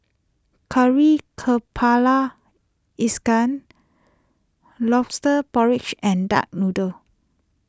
Kari Kepala Ikan Lobster Porridge and Duck Noodle